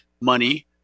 money